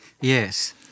Yes